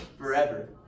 forever